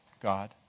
God